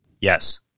Yes